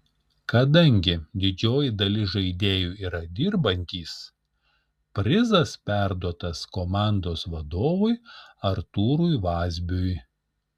kadangi didžioji dalis žaidėjų yra dirbantys prizas perduotas komandos vadovui artūrui vazbiui